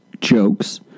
jokes